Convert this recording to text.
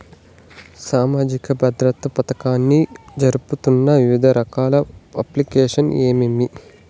సామాజిక భద్రత పథకాన్ని జరుపుతున్న వివిధ రకాల అప్లికేషన్లు ఏమేమి?